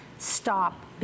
Stop